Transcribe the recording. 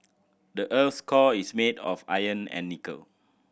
the earth's core is made of iron and nickel